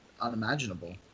unimaginable